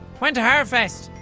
went to harfest.